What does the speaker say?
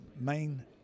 main